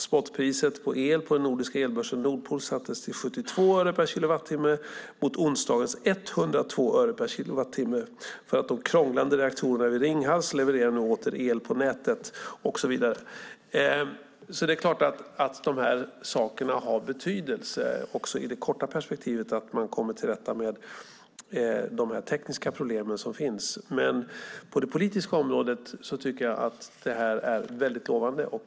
Spotpriset på el på den nordiska elbörsen Nordpool sattes till i snitt 72 öre per kilowattimme mot onsdagens 102 öre per kilowattimme. De krånglande reaktorerna vid Ringhals levererar nu åter el på nätet, och så vidare. Det är klart att dessa saker och att man kommer till rätta med de tekniska problemen har betydelse också i det korta perspektivet. Men på det politiska området är det väldigt lovande.